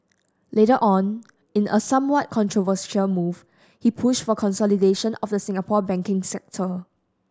later on in a somewhat controversial move he pushed for consolidation of the Singapore banking sector